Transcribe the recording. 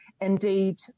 Indeed